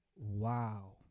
Wow